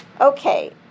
Okay